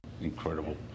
incredible